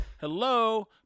hello